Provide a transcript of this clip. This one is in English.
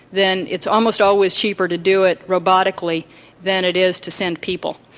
then it's almost always cheaper to do it robotically than it is to send people.